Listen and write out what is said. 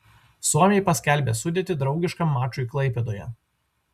suomiai paskelbė sudėtį draugiškam mačui klaipėdoje